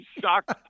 Shocked